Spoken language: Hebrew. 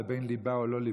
לבין ליבה או לא ליבה.